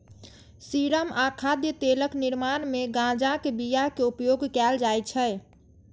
serum आ खाद्य तेलक निर्माण मे गांजाक बिया के उपयोग कैल जाइ छै